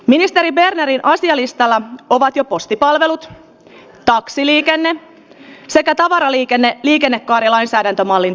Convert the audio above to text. ministerinä näin asialistalla ovat jo posti pala kaksi liike elämän sekä tavaraliikenne liikennekonelainsäädäntömalli